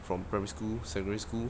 from primary school secondary school